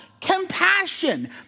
Compassion